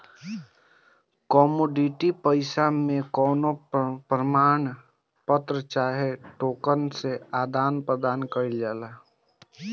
commodity पईसा मे कवनो प्रमाण पत्र चाहे टोकन से आदान प्रदान कईल जाला